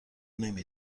نمی